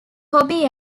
hobby